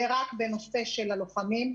זה רק בנושא של הלוחמים.